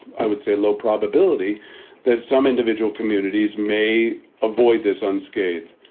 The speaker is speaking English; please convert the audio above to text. i would say low probability that some individual communities may avoid this unscathed.